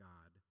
God